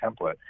template